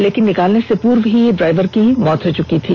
लेकिन निकालने से पूर्व ही ड्राइवर की मौत हो चुकी थी